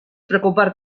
preocupar